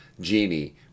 Genie